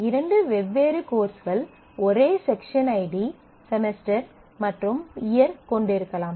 இரண்டு வெவ்வேறு கோர்ஸ்கள் ஒரே செக்ஷன் ஐடி செமஸ்டர் மற்றும் இயர் கொண்டிருக்கலாம்